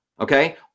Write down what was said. Okay